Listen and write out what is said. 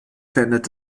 verändert